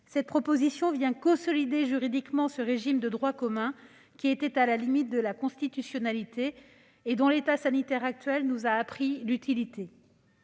Cette proposition vient consolider juridiquement ce régime de droit commun, qui était à la limite de la constitutionnalité et dont la situation sanitaire actuelle nous a montré l'utilité.